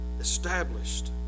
established